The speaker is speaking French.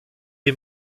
est